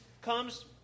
comes